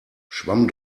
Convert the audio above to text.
schwamm